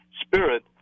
Spirit